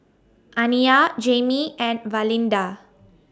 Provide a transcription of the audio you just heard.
Aniyah Jamie and Valinda